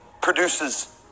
produces